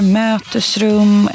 mötesrum